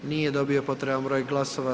Nije dobio potreban broj glasova.